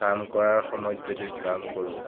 কাম কৰাৰ সময়ত যদি কাম কৰোঁ